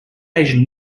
asian